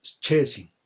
chasing